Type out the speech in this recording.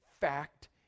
fact